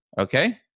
Okay